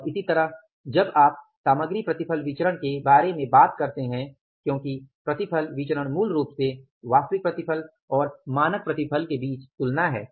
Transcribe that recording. और इसी तरह जब आप सामग्री प्रतिफल विचरण के बारे में बात करते हैं क्योंकि प्रतिफल विचरण मूल रूप से वास्तविक प्रतिफल और मानक प्रतिफल के बीच तुलना है